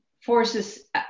forces